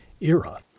era